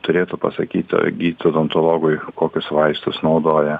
turėtų pasakyt gydytojui odontologui kokius vaistus naudoja